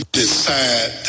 decide